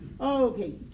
okay